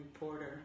reporter